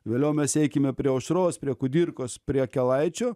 vėliau mes eikime prie aušros prie kudirkos prie akelaičio